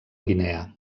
guinea